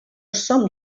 som